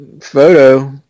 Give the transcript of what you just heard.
photo